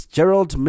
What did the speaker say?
Gerald